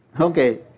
Okay